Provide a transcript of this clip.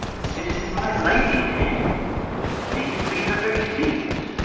this is my lady's hand these be her very c's,